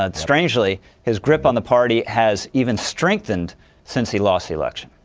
ah strangely his grip on the party has even strengthened since he lost the election.